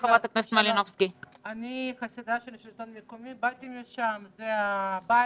אני חסידה של השלטון המקומי, באתי ממנו וזה הבית.